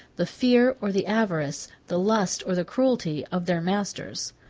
the fear or the avarice, the lust or the cruelty, of their master.